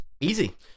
Easy